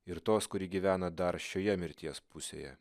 ir tos kuri gyvena dar šioje mirties pusėje